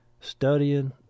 studying